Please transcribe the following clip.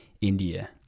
india